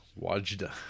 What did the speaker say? Wajda